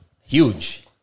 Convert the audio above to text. huge